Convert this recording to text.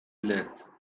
lit